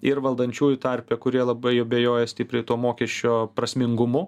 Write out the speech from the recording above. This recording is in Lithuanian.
ir valdančiųjų tarpe kurie labai abejoja stipriai to mokesčio prasmingumu